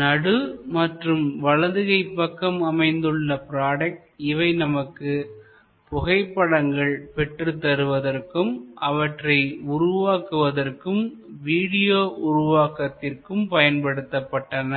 நடு மற்றும் வலது கைப் பக்கம் அமைந்துள்ள ப்ராடக்ட் இவை நமக்கு புகைப்படங்கள் பெற்றுத் தருவதற்கும் அவற்றை உருவாக்குவதற்கும் வீடியோ உருவாக்கத்திற்கும் பயன்படுத்தப்பட்டன